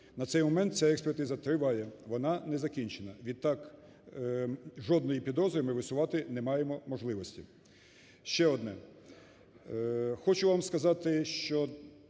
На цей момент ця експертиза триває, вона не закінчена, відтак жодної підозри ми висувати не маємо можливості. Ще одне, хочу вам сказати, що